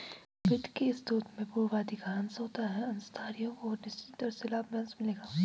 वित्त के स्रोत में पूर्वाधिकार अंश होता है अंशधारियों को निश्चित दर से लाभांश मिलेगा